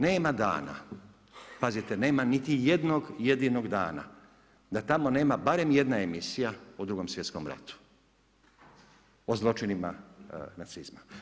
Nema dana, pazite, nema niti jednog jedinog dana da tamo nema barem jedna emisija o Drugom svjetskom ratu, o zločinima nacizma.